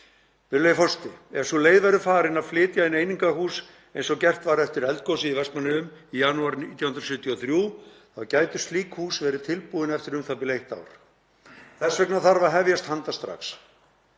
Virðulegi forseti. Ef sú leið verður farin að flytja inn einingahús, eins og gert var eftir eldgosið í Vestmannaeyjum í janúar 1973, gætu slík hús verið tilbúin eftir u.þ.b. eitt ár. Þess vegna þarf að hefjast handa strax,